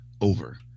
over